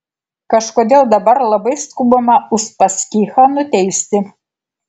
kažkodėl dabar labai skubama uspaskichą nuteisti